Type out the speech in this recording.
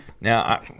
Now